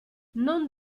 non